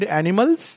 animals